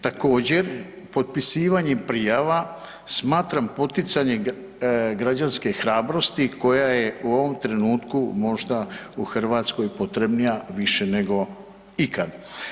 Također potpisivanjem prijava smatram poticanje građanske hrabrosti koja je u ovom trenutku možda u Hrvatskoj potrebnija više nego ikad.